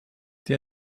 die